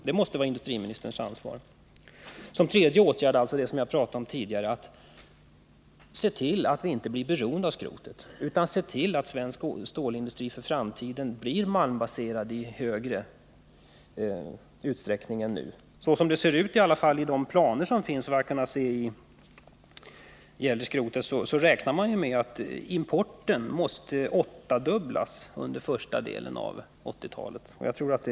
Som en tredje åtgärd — som jag nämnde tidigare — bör man se till att vi inte blir beroende av skrotet, utan att svensk stålindustri i framtiden blir malmbaserad i större utsträckning än nu. Som det nu ser ut, i alla fall i de planer som jag sett, räknar man med att skrotimporten måste åttafaldigas under första delen av 1980-talet.